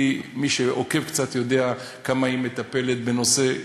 מי שעוקב קצת יודע כמה היא מטפלת בנושא,